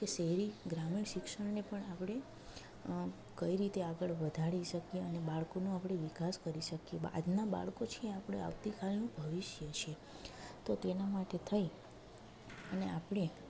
કે શહેરી ગ્રામીણ શિક્ષણને આપણે કઈ રીતે આગળ વધારી શકીએ અને બાળકોનો આપણે વિકાસ કરી શકીએ આજના બાળકો છે આપણે આવતી કાલનું ભવિષ્ય છે તો તેના માટે થઈ અને આપણે